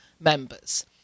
members